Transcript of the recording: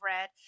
red